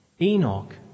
Enoch